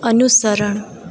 અનુસરણ